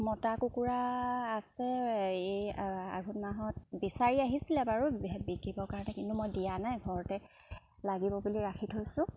মতা কুকুৰা আছে এই আঘোণ মাহত বিচাৰি আহিছিলে বাৰু বিকিবৰ কাৰণে কিন্তু মই দিয়া নাই ঘৰতে লাগিব বুলি ৰাখি থৈছোঁ